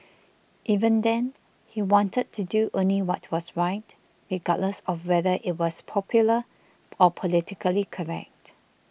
even then he wanted to do only what was right regardless of whether it was popular or politically correct